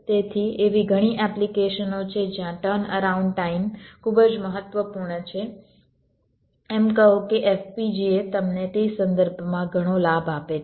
તેથી એવી ઘણી એપ્લિકેશનો છે જ્યાં ટર્નઅરાઉન્ડ ટાઇમ ખૂબ જ મહત્વપૂર્ણ છે એમ કહો કે FPGA તમને તે સંદર્ભમાં ઘણો લાભ આપે છે